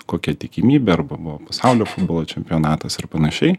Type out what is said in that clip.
kokia tikimybė arba buvo pasaulio futbolo čempionatas ir panašiai